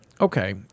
Okay